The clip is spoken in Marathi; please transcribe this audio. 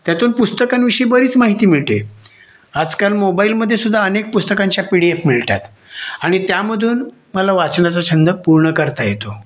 त्यातून पुस्तकांविषयी बरीच माहिती मिळते आजकाल मोबाईलमध्ये सुद्धा अनेक पुस्तकांच्या पी डी एफ मिळतात आणि त्यामधून मला वाचण्याचा छंद पूर्ण करता येतो